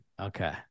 Okay